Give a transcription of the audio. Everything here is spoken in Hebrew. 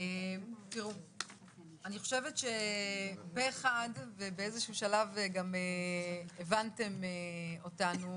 אני חושבת שפה אחד ובאיזה שהוא שלב גם הבנתם אותנו